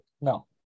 No